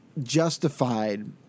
justified